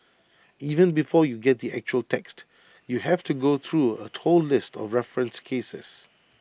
even before you get to the actual text you have to go through A whole list of referenced cases